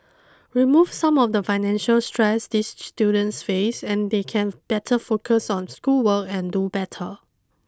remove some of the financial stress these students face and they can better focus on schoolwork and do better